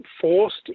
forced